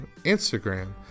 Instagram